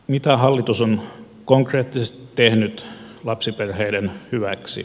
mitä hallitus on konkreettisesti tehnyt lapsiperheiden hyväksi